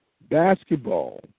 Basketball